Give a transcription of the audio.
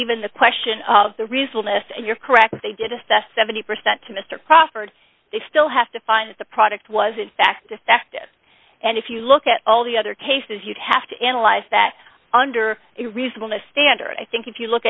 even the question of the result you're correct they did assess seventy percent to mr crawford they still have to find the product was in fact defective and if you look at all the other cases you'd have to analyze that under it reasonable to standard i think if you look